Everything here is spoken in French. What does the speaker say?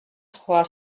trois